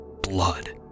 blood